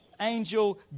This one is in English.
angel